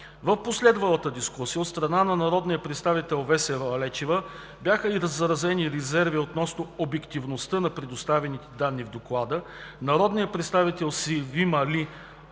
В последвалата дискусия от страна на народния представител Весела Лечева бяха изразени резерви относно обективността на данните, представени в Доклада. Народният представител Севим Али